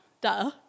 duh